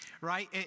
right